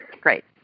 Great